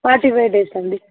forty five days అండి